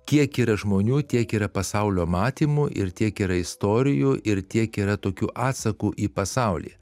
kiek yra žmonių tiek yra pasaulio matymų ir tiek yra istorijų ir tiek yra tokių atsakų į pasaulį